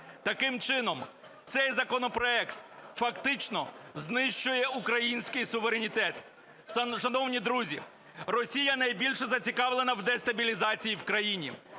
Таким чином, цей законопроект, фактично, знищує український суверенітет. Шановні друзі, Росія найбільше зацікавлена в дестабілізації в країні.